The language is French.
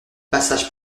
passage